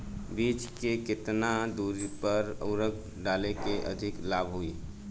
बीज के केतना दूरी पर उर्वरक डाले से अधिक लाभ होई?